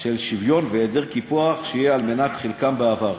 של שוויון והיעדר קיפוח שהיה מנת חלקם בעבר.